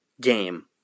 game